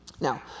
Now